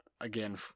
again